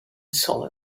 solid